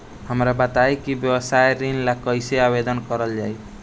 हमरा बताई कि व्यवसाय ऋण ला कइसे आवेदन करल जाई?